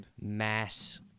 mass